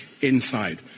inside